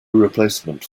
replacement